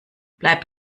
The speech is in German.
bleibt